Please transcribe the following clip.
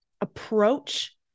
approach